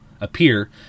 appear